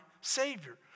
Savior